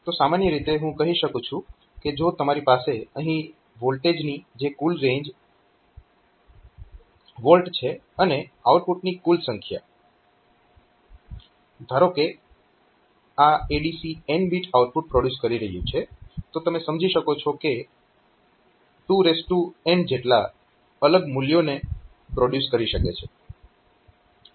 તો સામાન્ય રીતે હું કહી શકું છું કે જો તમારી પાસે અહીં વોલ્ટેજની જે કુલ રેન્જ V છે અને આઉટપુટની કુલ સંખ્યા ધારો કે આ ADC n bit output produce કરી રહ્યું છે તો તમે સમજી શકો છો કે 2n જેટલા અલગ મૂલ્યોને પ્રોડ્યુસ કરી શકે છે